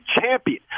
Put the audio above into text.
champion